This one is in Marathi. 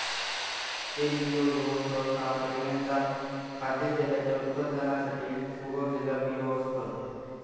तेलबियो ह्यो सहसा पहील्यांदा खाद्यतेलाच्या उत्पादनासाठी उगवलेला बियो असतत